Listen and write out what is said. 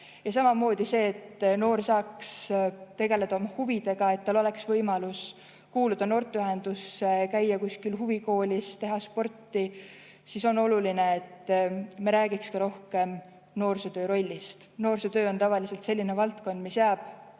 tagada], et noor saaks tegeleda oma huvidega, et tal oleks võimalus kuuluda noorteühendusse, käia kuskil huvikoolis, teha sporti. Selleks on oluline, et me räägiksime rohkem noorsootöö rollist. Noorsootöö on tavaliselt selline valdkond, mis jääb